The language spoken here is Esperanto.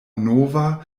nova